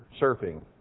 surfing